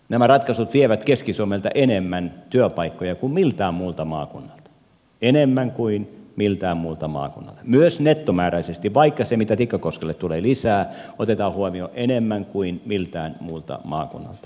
nämä ratkaisut vievät keski suomelta enemmän työpaikkoja kuin miltään muulta maakunnalta myös nettomääräisesti vaikka se mitä tikkakoskelle tulee lisää otetaan huomioon enemmän kuin miltään muulta maakunnalta